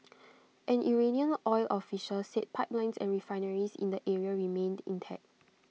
an Iranian oil official said pipelines and refineries in the area remained intact